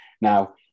Now